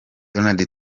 donald